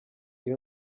iyi